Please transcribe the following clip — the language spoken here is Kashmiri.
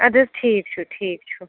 اَدٕ حظ ٹھیٖک چھُ ٹھیٖک چھُ